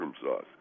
sauce